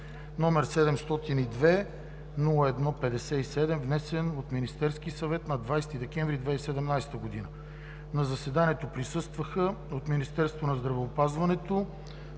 № 702-01-57, внесен от Министерския съвет на 20 декември 2017 г. На заседанието присъстваха от Министерството на здравеопазването: